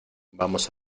vamos